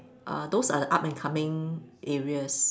uh those are the up and coming areas